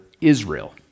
Israel